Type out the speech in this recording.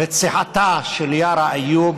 רציחתה של יארא איוב